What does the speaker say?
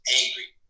angry